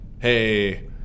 hey